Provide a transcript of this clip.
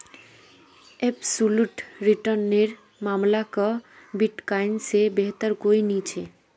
absolute return नेर मामला क बिटकॉइन से बेहतर कोई नी छे